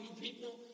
people